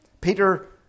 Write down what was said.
Peter